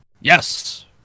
Yes